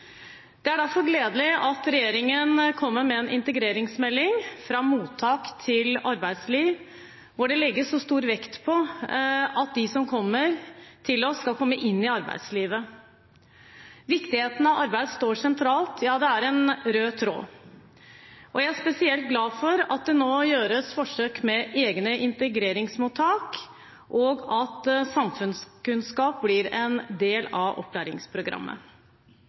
Det er derfor gledelig at regjeringen kommer med en integreringsmelding, Fra mottak til arbeidsliv, hvor det legges så stor vekt på at de som kommer til oss, skal komme inn i arbeidslivet. Viktigheten av arbeid står sentralt, ja, det er en rød tråd. Jeg er spesielt glad for at det nå gjøres forsøk med egne integreringsmottak, og at samfunnskunnskap blir en del av opplæringsprogrammet.